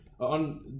On